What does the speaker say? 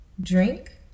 Drink